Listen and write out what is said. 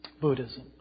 Buddhism